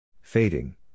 Fading